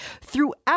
throughout